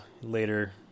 later